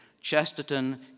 Chesterton